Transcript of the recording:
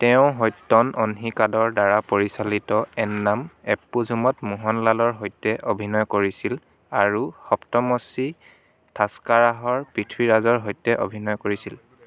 তেওঁ সত্যন অহ্নিকাডৰ দ্বাৰা পৰিচালিত এন্নাম এপ্পোঝুমত মোহনলালৰ সৈতে অভিনয় কৰিছিল আৰু সপ্তমশ্ৰী থাস্কাৰাহৰ পৃথ্বীৰাজৰ সৈতে অভিনয় কৰিছিল